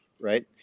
Right